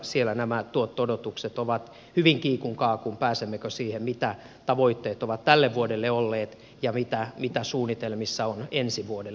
siellä nämä tuotto odotukset ovat hyvin kiikun kaakun pääsemmekö siihen mitä tavoitteet ovat tälle vuodelle olleet ja mitä suunnitelmissa on ensi vuodelle